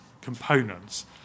components